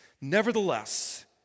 Nevertheless